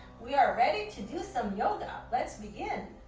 we are ready to do some yoga. let's begin.